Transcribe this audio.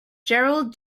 gerald